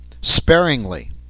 sparingly